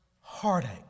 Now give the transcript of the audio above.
heartache